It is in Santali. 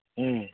ᱦᱮᱸ